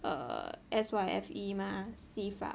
err Syfe mah Syfe ah